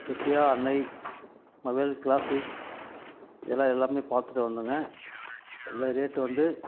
Sathya Annai mobile classic இதெல்லாம் எல்லாமே பார்த்துட்டு வந்தேங்க எல்லாம் ரேட்டு வந்து